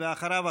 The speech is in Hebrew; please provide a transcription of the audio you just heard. ואחריו,